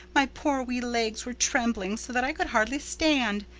my poor wee legs were trembling so that i could hardly stand.